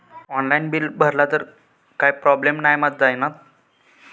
Online bill भरला तर काय प्रोब्लेम नाय मा जाईनत?